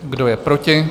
Kdo je proti?